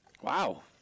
Wow